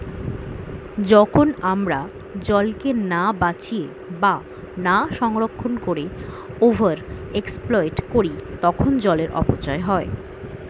যখন আমরা জলকে না বাঁচিয়ে বা না সংরক্ষণ করে ওভার এক্সপ্লইট করি তখন জলের অপচয় হয়